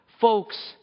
Folks